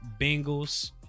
Bengals